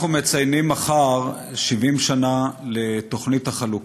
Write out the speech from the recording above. אנחנו מציינים מחר 70 שנה לתוכנית החלוקה.